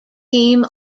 team